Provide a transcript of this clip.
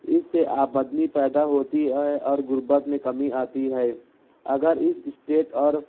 اس سے آمدنی پیدا ہوتی ہے اور غربت میں کمی آتی ہے اگر اس اسٹیٹ اور